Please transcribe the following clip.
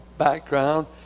Background